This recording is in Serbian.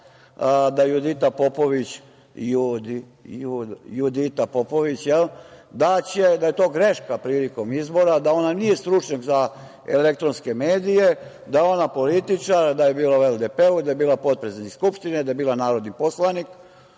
Popović greška prilikom izbora, da ona nije stručnjak za elektronske medije, da je ona političar, da je bila u LDP-u, da je bila potpredsednik Skupštine, da je bila narodni poslanik,